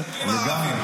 לאומי,